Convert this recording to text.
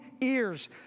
ears